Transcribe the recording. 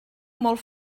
molt